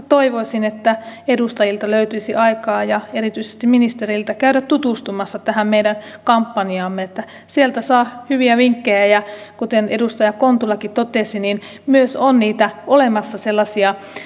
toivoisin että edustajilta löytyisi aikaa ja erityisesti ministereiltä käydä tutustumassa tähän meidän kampanjaamme sieltä saa hyviä vinkkejä ja kuten edustaja kontulakin totesi niin myös on olemassa sellaisia